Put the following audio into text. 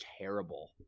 terrible